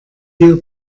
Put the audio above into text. hier